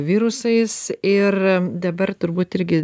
virusais ir dabar turbūt irgi